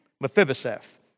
Mephibosheth